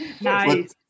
Nice